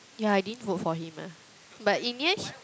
yeah I didn't vote for him ah but in the end h~